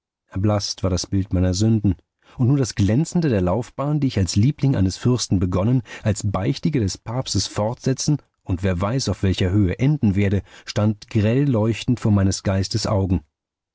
erblaßt war das bild meiner sünden und nur das glänzende der laufbahn die ich als liebling eines fürsten begonnen als beichtiger des papstes fortsetzen und wer weiß auf welcher höhe enden werde stand grell leuchtend vor meines geistes augen